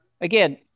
Again